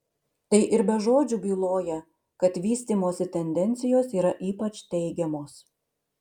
tai ir be žodžių byloja kad vystymosi tendencijos yra ypač teigiamos